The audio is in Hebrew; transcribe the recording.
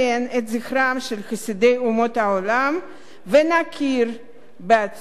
חסידי אומות העולם ונכיר באצילותם ובגבורתם.